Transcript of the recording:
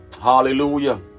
Hallelujah